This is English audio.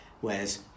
Whereas